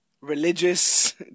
religious